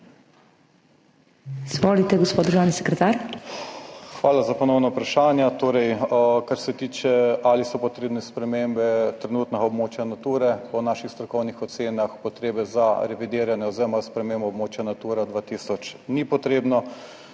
SKOČIR (državni sekretar MNVP):** Hvala za ponovna vprašanja. Torej, kar se tiče ali so potrebne spremembe trenutnega območja Nature. Po naših strokovnih ocenah potrebe za revidiranje oziroma spremembo območja Natura 2000 ni potrebno.